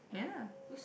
yeah